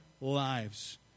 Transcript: lives